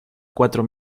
cuatro